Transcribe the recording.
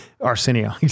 Arsenio